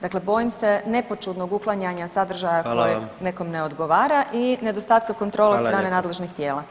Dakle, bojim se nepoćudnog uklanjanja sadržaja [[Upadica: Hvala vam.]] koji nekom ne odgovara i nedostatka kontrole od strane [[Upadica: Hvala lijepa.]] od strane nadležnih tijela.